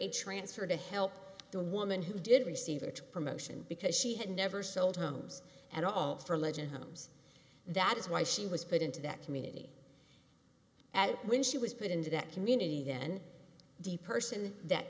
a transfer to help the woman who did receive her to promotion because she had never sold homes at all for legit homes that is why she was put into that community at when she was put into that community then the person that